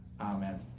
Amen